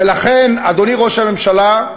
ולכן, אדוני ראש הממשלה,